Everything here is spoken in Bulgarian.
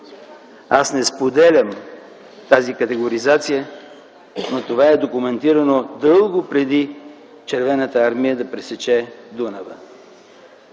Аз не споделям тази категоризация, но това е документирано дълго преди Червената армия да пресече Дунава.